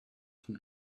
von